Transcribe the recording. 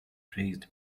praised